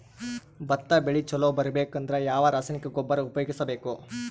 ಭತ್ತ ಬೆಳಿ ಚಲೋ ಬರಬೇಕು ಅಂದ್ರ ಯಾವ ರಾಸಾಯನಿಕ ಗೊಬ್ಬರ ಉಪಯೋಗಿಸ ಬೇಕು?